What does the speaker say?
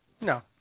No